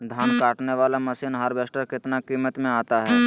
धान कटने बाला मसीन हार्बेस्टार कितना किमत में आता है?